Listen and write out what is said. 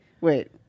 Wait